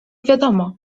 wiadomo